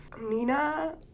Nina